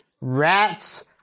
rats